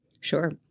Sure